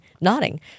nodding